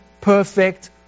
perfect